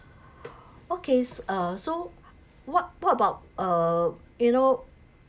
okay uh so what what about uh you know